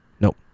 nope